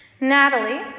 Natalie